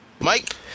Mike